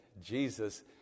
Jesus